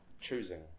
choosing